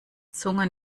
zunge